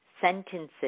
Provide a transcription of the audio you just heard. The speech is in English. sentences